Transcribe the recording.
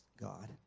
God